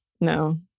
No